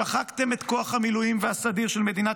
שחקתם את כוח המילואים והסדיר של מדינת